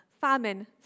famine